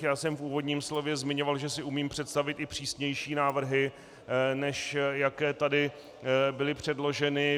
Já jsem v úvodním slově zmiňoval, že si umím představit i přísnější návrhy, než jaké tady byly předloženy.